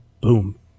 boom